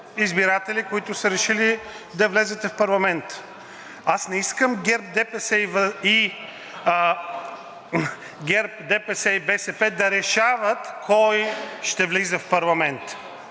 избиратели, които са решили да влезете в парламента. Аз не искам ГЕРБ, ДПС и БСП да решават кой ще влиза в парламента.